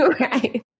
Right